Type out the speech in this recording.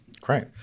Great